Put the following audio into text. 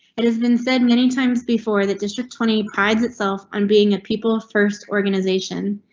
it has been said many times before that district twenty prides itself on being a people first organization.